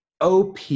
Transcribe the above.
OP